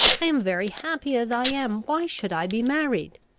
i am very happy as i am why should i be married?